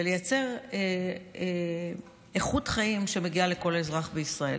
ולייצר איכות חיים שמגיעה לכל אזרח בישראל.